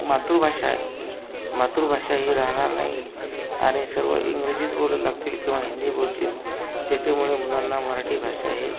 मातृभाषा आय मातृभाषा ही राहनार नाई आनि सर्व इंग्रजीच बोलू लागतील किंवा हिंदी बोलतील त्याच्यामुळे मुलांना मराठी भाषा ही